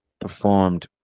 performed